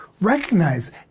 Recognize